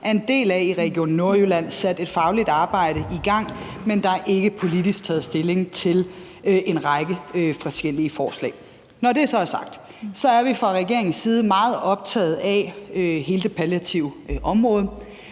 er en del af i Region Nordjylland, sat et fagligt arbejde i gang, men der er ikke politisk taget stilling til en række forskellige forslag. Når det så er sagt, er vi fra regeringens side meget optaget af hele det palliative område.